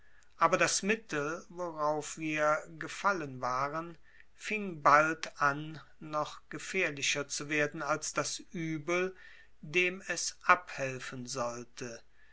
aber das mittel worauf wir gefallen waren fing bald an noch gefährlicher zu werden als das übel dem es abhelfen sollte